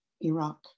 Iraq